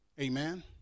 amen